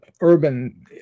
urban